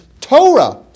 Torah